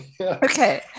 Okay